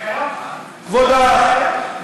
הקונגרס האמריקני,